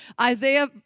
Isaiah